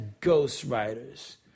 ghostwriters